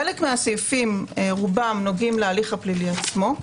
חלק מהסעיפים רובם נוגעים להליך הפלילי עצמו.